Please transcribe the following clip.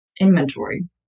inventory